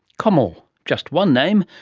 komal, just one name.